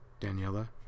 Daniela